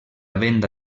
venda